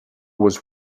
was